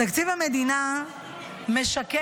"תקציב המדינה משקף